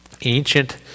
ancient